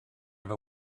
have